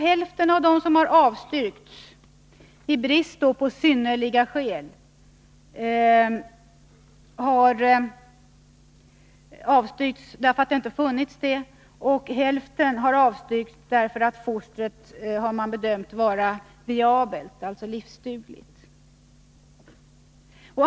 Hälften av dessa har avslagits i brist på ”synnerliga skäl”, hälften därför att fostret bedömts såsom viabelt, dvs. livsdugligt.